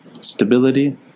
stability